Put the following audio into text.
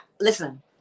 listen